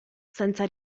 senza